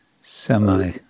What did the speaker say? Semi